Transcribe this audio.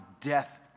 death